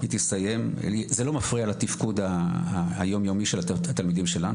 זה לא מפריע לתפקוד היומיומי של התלמידים שלנו,